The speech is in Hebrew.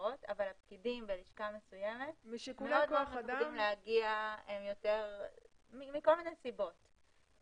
מאפשרות אבל הפקידים בלשכה מסוימת לא ירצו להגיע מכל מיני סיבות.